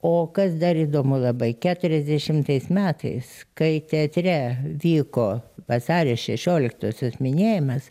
o kas dar įdomu labai keturiasdešimtais metais kai teatre vyko vasario šešioliktosios minėjimas